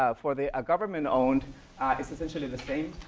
ah for the ah government-owned, ah it's essentially the same.